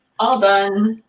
all done.